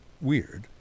weird